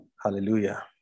Hallelujah